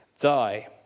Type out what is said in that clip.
die